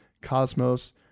Cosmos